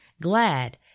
glad